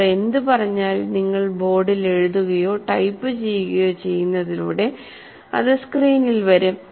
അവർ എന്ത് പറഞ്ഞാലും നിങ്ങൾ ബോർഡിൽ എഴുതുകയോ ടൈപ്പ് ചെയ്യുകയോ ചെയ്യുന്നതിലൂടെ അത് സ്ക്രീനിൽ വരും